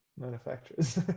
manufacturers